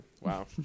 Wow